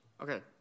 Okay